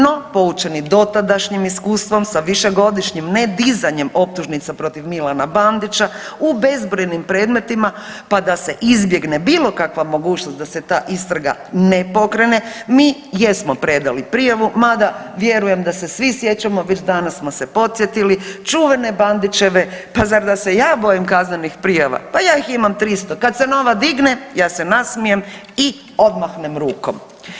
No, poučeni dotadašnjim iskustvom sa višegodišnjim ne dizanjem optužnica protiv Milana Bandića u bezbrojnim predmetima pa da se izbjegne bilo kakva mogućnost da se ta istraga ne pokrene mi jesmo predali prijavu mada vjerujem da se svi sjećamo, već danas smo se podsjetili čuvene Bandićeve, pa zar da se ja bojim kaznenih prijava, pa ja ih imam 300, kad se nova digne ja se nasmijem i odmahnem rukom.